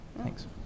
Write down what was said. Thanks